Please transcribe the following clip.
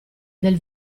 del